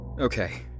Okay